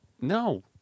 No